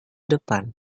depan